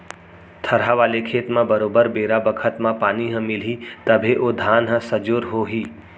थरहा वाले खेत म बरोबर बेरा बखत म पानी ह मिलही तभे ओ धान ह सजोर हो ही